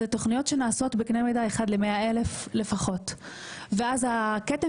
זה תוכניות שנעשו בקנה מידה 1:100,000 לפחות ואז כתם